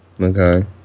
okay